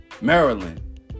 Maryland